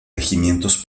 regimientos